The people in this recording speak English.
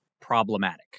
problematic